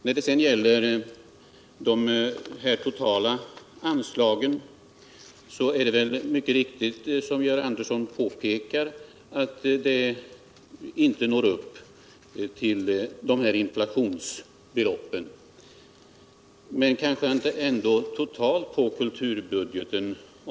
När det sedan gäller de totala anslagen påpekar Georg Andersson mycket riktigt att de inte följer med i inflationsutvecklingen.